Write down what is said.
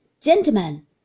Gentlemen